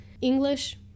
english